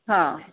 हां